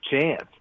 chance